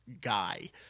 guy